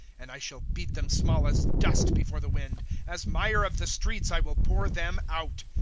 and i shall heat them small as dust before the wind as mire of the streets i will pour them out.